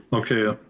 okay.